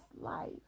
life